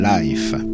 Life